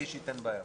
לי אישית אין בעיה.